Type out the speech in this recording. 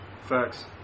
Facts